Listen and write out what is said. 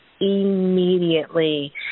immediately